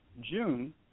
June